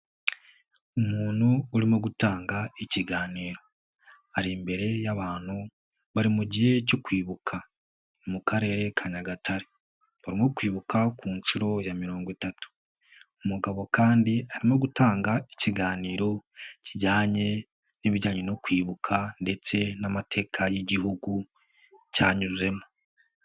Umuntu urimo gutanga ikiganiro, ari imbere y'abantu bari mu gihe cyo kwibuka, mu Karere ka Nyagatare barimo kwibuka ku nshuro ya mirongo itatu. Umugabo kandi arimo gutanga ikiganiro kijyanye n'ibijyanye no kwibuka, ndetse n'amateka y'igihugu cyanyuzemo.